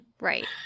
Right